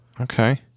Okay